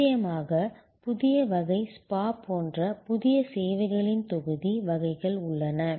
நிச்சயமாக புதிய வகை ஸ்பா போன்ற புதிய சேவைகளின் தொகுதி வகைகள் உள்ளன